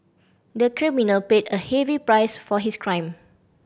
the criminal paid a heavy price for his crime